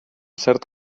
cert